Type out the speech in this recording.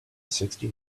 sixty